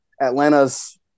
Atlanta's